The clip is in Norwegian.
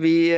Vi